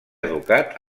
educat